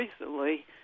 recently